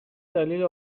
دلیل